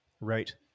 Right